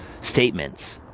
statements